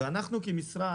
אנחנו כמשרד